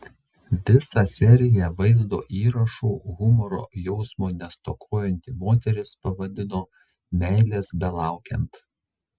visą seriją vaizdo įrašų humoro jausmo nestokojanti moteris pavadino meilės belaukiant